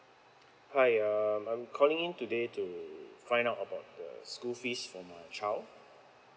hi uh I'm calling in today to find out about the school fees for my child